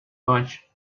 much